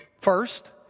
first